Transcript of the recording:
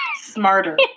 smarter